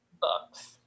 books